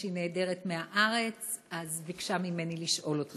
מפני שהיא נעדרת מהארץ היא ביקשה ממני לשאול אותך.